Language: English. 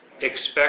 Expect